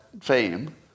fame